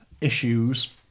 issues